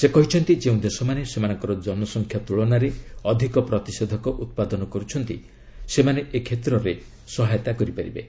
ସେ କହିଛନ୍ତି ଯେଉଁ ଦେଶମାନେ ସେମାନଙ୍କ ଜନସଂଖ୍ୟା ତ୍କଳନାରେ ଅଧିକ ପ୍ରତିଷେଧକ ଉତ୍ପାଦନ କରୁଛନ୍ତି ସେମାନେ ଏ କ୍ଷେତ୍ରରେ ସହାୟତା କରିପାରିବେ